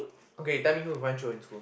okay tell me who you find chio in school